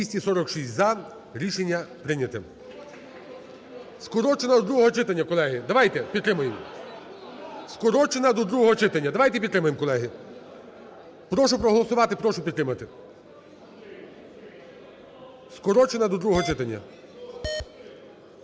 За-246 Рішення прийнято. Скорочено до другого читання, колеги, давайте підтримаємо. Скорочено до другого читання, давайте підтримаємо, колеги. Прошу проголосувати, прошу підтримати. Скорочено до другого читання.